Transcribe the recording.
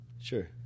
Sure